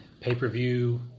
pay-per-view